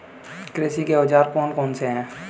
कृषि के औजार कौन कौन से हैं?